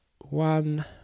one